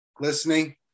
listening